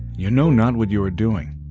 you know not what you are doing.